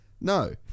No